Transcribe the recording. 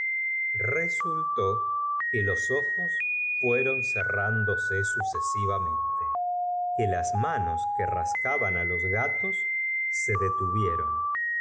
resultó que los ojos fueron cerrándose sucesivamente que las manos que rascaban á los gatos se detuvieron